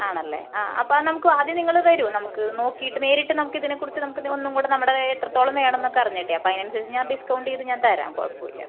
ആണല്ലെ ആ അപ്പമത് നമുക്ക് ആദ്യം നിങ്ങൾ വരൂ നമുക്ക് നോക്കീട്ട് നേരിട്ട് നമുക്കിതിനേക്കുറിച്ച് നമുക്ക് ഒന്നുങ്കൂടെ നമ്മുടെ എത്രത്തോളം വേണംന്നക്ക അറിഞ്ഞിട്ടേ അപ്പൈനൻസരിച്ച് ഞാൻ ഡിസ്കൗണ്ട് ചെയ്ത് ഞാൻ തരാം കുഴപ്പമില്ല